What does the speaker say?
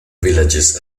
villages